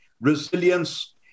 resilience